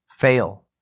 fail